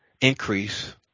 increase